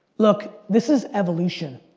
look, this is evolution.